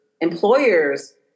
employers